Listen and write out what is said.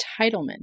entitlement